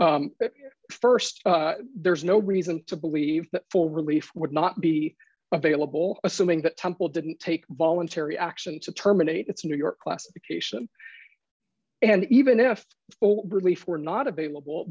wanted first there's no reason to believe that for relief would not be available assuming that temple didn't take voluntary action to terminate its new york classification and even if relief were not available